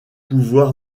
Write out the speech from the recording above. pouvoir